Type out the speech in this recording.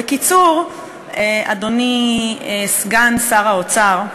בקיצור, אדוני סגן שר האוצר,